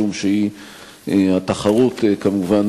משום שהתחרות כמובן,